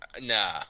nah